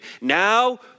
now